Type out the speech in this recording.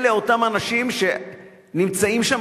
אותם אנשים שנמצאים שם,